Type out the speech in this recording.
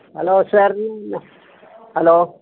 hello sir ನಿಮ್ಮನ್ನ hello